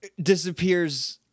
disappears